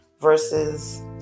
versus